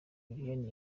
liliane